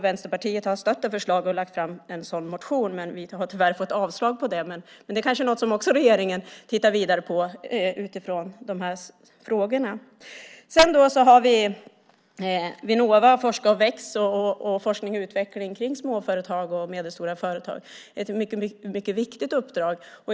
Vänsterpartiet har stött förslaget och väckt en motion om det, men vi har tyvärr fått avslag på den. Men det kanske också är något som regeringen tittar vidare på utifrån de här frågorna. Sedan har Vinnova, Forska och väx, forskning och utveckling kring småföretag och medelstora företag ett mycket viktigt uppdrag.